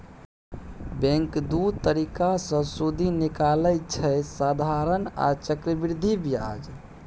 bank दु तरीका सँ सुदि निकालय छै साधारण आ चक्रबृद्धि ब्याज